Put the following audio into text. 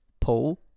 Paul